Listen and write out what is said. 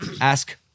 ask